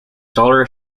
dollar